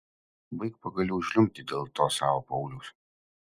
baik pagaliau žliumbti dėl to savo pauliaus